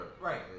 right